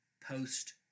post